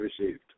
received